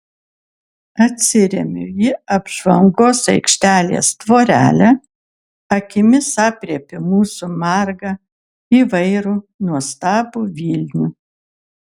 atsiremiu į apžvalgos aikštelės tvorelę akimis aprėpiu mūsų margą įvairų nuostabų vilnių